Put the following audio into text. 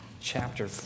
chapter